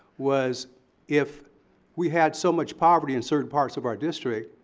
was if we had so much poverty in certain parts of our district,